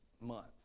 month